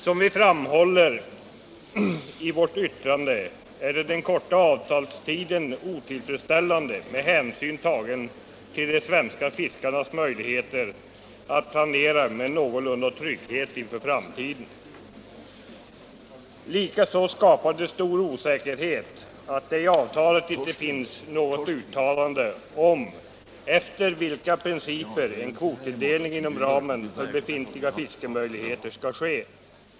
Som vi framhåller i vårt yttrande är den korta avtalstiden otillfredsställande med hänsyn tagen till de svenska fiskarnas möjligheter att planera med någorlunda god trygghet inför framtiden. Likaså skapar det stor osäkerhet att i avtalet inte finns något uttalande om efter vilka principer en kvottilldelning inom ramen för befintliga fiskemöjligheter skall ske.